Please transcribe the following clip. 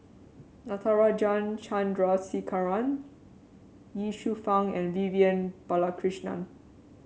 Natarajan Chandrasekaran Ye Shufang and Vivian Balakrishnan